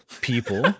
people